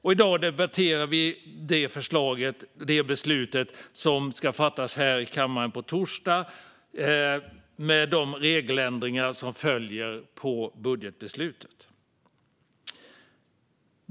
I dag debatterar vi det förslag till beslut som vi ska fatta på torsdag med de regeländringar som följer av budgetbeslutet. Fru talman!